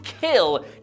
kill